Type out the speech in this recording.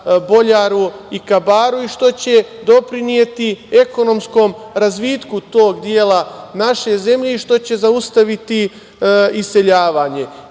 Boljaru i ka Baru i što će doprineti ekonomskom razvitku tog dela naše zemlje i što će zaustaviti iseljavanje.